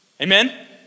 Amen